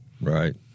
Right